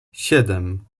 siedem